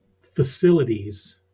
facilities